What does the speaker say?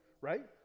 right